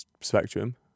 spectrum